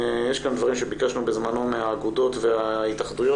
יש כאן דברים שביקשנו בזמנו מהאגודות וההתאחדויות,